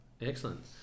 excellent